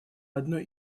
одной